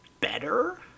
better